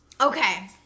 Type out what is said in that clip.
Okay